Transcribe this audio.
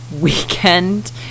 weekend